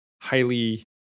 highly